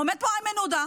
איימן עודה,